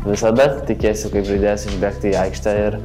visada tikiesi kaip žaidėjas išbėgti į aikštę ir